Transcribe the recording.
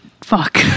fuck